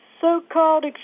so-called